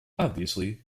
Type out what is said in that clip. obviously